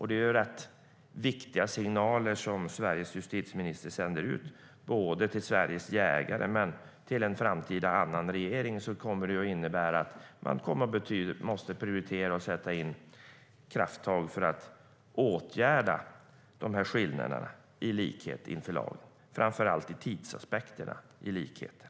Det är rätt viktiga signaler som Sveriges justitieminister sänder ut till Sveriges jägare. För en annan framtida regering kommer detta att innebära att man måste prioritera och ta krafttag för att åtgärda dessa skillnader i fråga om likhet inför lagen, framför allt när det gäller tidsaspekterna.